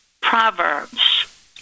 Proverbs